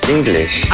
English